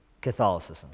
Catholicism